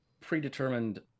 predetermined